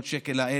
500 השקל האלה,